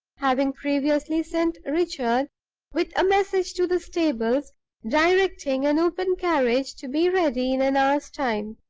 having previously sent richard with a message to the stables directing an open carriage to be ready in an hour's time.